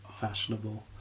fashionable